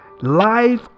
life